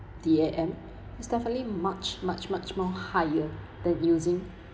D_A_M is definitely much much much more higher then using